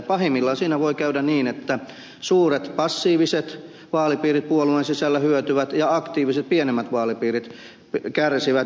pahimmillaan siinä voi käydä niin että suuret passiiviset vaalipiirit puolueen sisällä hyötyvät ja aktiiviset pienemmät vaalipiirit kärsivät